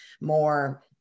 more